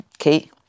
Okay